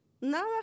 nada